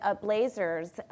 blazer's